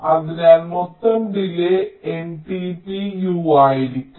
അതിനാൽ മൊത്തം delay NtpU ആയിരിക്കും